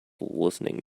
listening